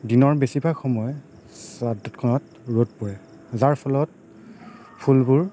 দিনৰ বেছিভাগ সময় চাদখনত ৰ'দ পৰে যাৰ ফলত ফুলবোৰ